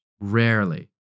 Rarely